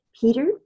Peter